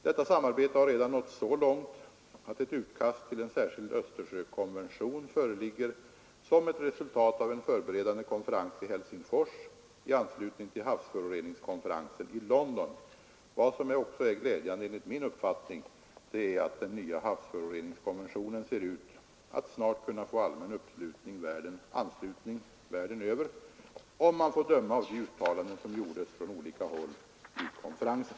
Detta samarbete har redan nått så långt att ett utkast till en särskild Östersjökonvention föreligger som ett resultat av en förberedande konferens i Helsingfors i anslutning till havsföroreningskonferensen i London. Vad som också är glädjande enligt min uppfattning är att den nya havsföroreningskonventionen ser ut att snart kunna får allmän anslutning världen över, om man får döma av de uttalanden som gjordes från olika håll vid konferensen.